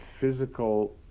physical